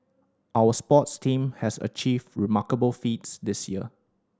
our sports team has achieved remarkable feats this year